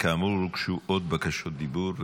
כאמור, הוגשו עוד בקשות דיבור.